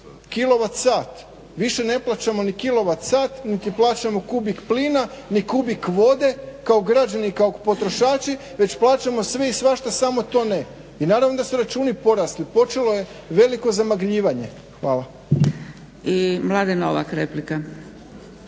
kilovat sat, više ne plaćamo ni kilovat sat niti plaćamo kubik plina ni kubik vode kao građani kao potrošači već plaćamo sve i svašta samo to ne. I naravno da su račinu porasli. Počelo je veliko zamagljivanje. Hvala. **Zgrebec, Dragica